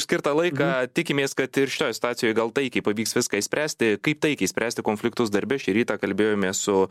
skirtą laiką tikimės kad ir šitoj situacijoj gal taikiai pavyks viską išspręst tai kaip taikiai spręsti konfliktus darbe šį rytą kalbėjomės su